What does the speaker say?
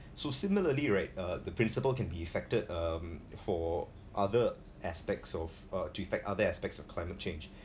so similarly right uh the principal can be effected um for other aspects of uh to effect other aspects of climate change